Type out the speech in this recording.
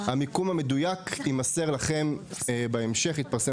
המיקום המדויק יתפרסם בהמשך.